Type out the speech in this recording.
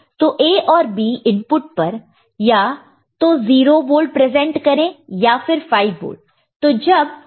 तो A और B input पर या तो 0 वोल्ट प्रेजेंट करें या फिर 5 वोल्ट